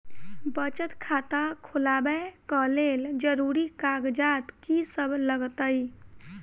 बचत खाता खोलाबै कऽ लेल जरूरी कागजात की सब लगतइ?